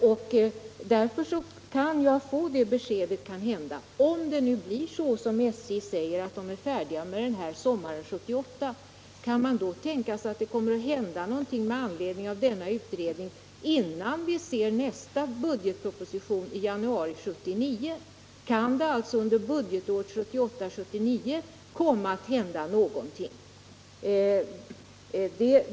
Om utredningen, som SJ säger, blir klar sommaren 1978, kan man då tänka sig att någonting kommer att hända innan vi ser nästa budgetproposition i januari 1979? Kan det alltså under budgetåret 1978/79 hända någonting?